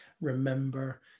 remember